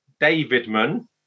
Davidman